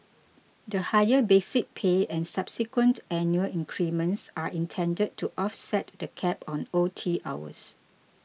the higher basic pay and subsequent annual increments are intended to offset the cap on O T hours